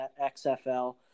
XFL